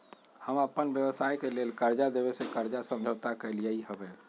हम अप्पन व्यवसाय के लेल कर्जा देबे से कर्जा समझौता कलियइ हबे